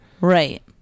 Right